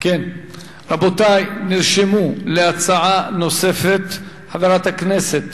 רבותי, נרשמו להצעה נוספת חברת הכנסת